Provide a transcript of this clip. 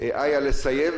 איה לסיים,